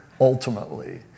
ultimately